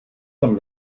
tam